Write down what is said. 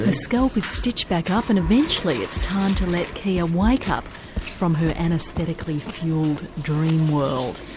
ah scalp is stitched back up, and eventually it's time to let kia wake up from her anaesthetically fuelled dream world.